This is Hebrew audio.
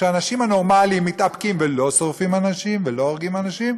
האנשים הנורמליים מתאפקים ולא שורפים אנשים ולא הורגים אנשים,